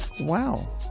Wow